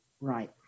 right